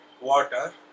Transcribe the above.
water